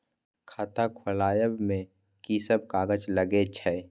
खाता खोलाअब में की सब कागज लगे छै?